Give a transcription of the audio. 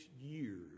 years